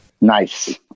Nice